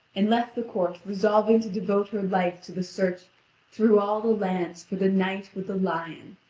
and left the court resolving to devote her life to the search through all the land for the knight with the lion,